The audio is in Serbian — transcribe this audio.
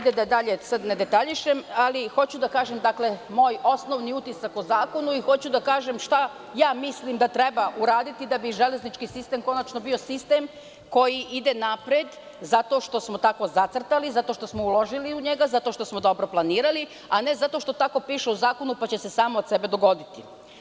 Da dalje ne detaljišem, ali hoću da kažem moj osnovni utisak o zakonu i hoću da kažem šta ja mislim da treba uraditi da bi železnički sistem konačno bio sistem koji ide napred zato što smo tako zacrtali, zato što smo uložili u njega, zato što smo dobro planirali, a ne zato što tako piše u zakonu pa će se samo od sebe dogoditi.